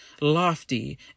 lofty